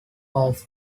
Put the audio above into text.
off